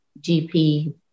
GP